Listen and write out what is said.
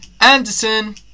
Anderson